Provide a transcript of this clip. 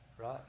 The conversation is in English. right